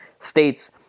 states